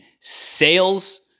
sales